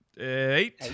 eight